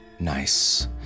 Nice